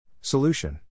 Solution